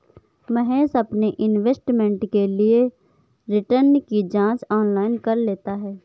महेश अपने इन्वेस्टमेंट के लिए रिटर्न की जांच ऑनलाइन कर लेता है